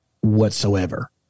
whatsoever